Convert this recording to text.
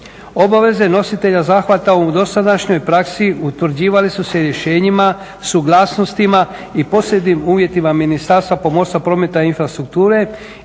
Obaveze nositelja zahvata u dosadašnjoj praksi utvrđivali su se rješenjima, suglasnostima i posebnim uvjetima Ministarstva pomorstva, prometa i infrastrukture